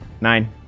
nine